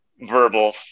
verbal